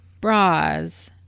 bras